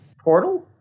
Portal